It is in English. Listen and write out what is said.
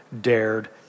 dared